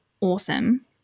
awesome